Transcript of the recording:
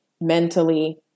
mentally